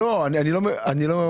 לא, אני לא מבין,